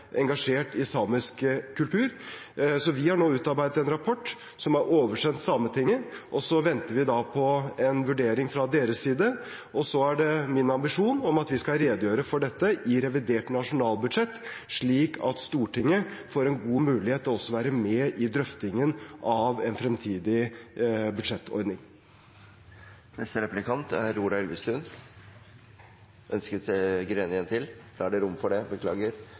engasjert i samisk kultur. Så vi har nå utarbeidet en rapport som er oversendt Sametinget, og vi venter på en vurdering fra deres side. Det er min ambisjon at vi skal redegjøre for dette i revidert nasjonalbudsjett, slik at Stortinget får en god mulighet til også å være med i drøftingen av en fremtidig budsjettordning. Som statsråden selv var inne på i innlegget, er en av de viktigste kulturbærerne språket. Det